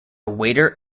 waiter